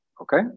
Okay